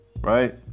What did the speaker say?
right